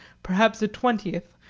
perhaps a twentieth,